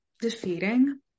defeating